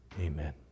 Amen